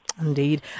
Indeed